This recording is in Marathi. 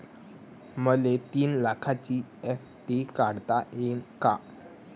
मले तीन लाखाची एफ.डी काढता येईन का?